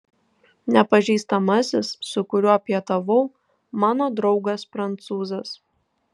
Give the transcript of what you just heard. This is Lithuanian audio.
nepažįstamasis su kuriuo pietavau mano draugas prancūzas